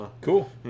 Cool